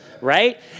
right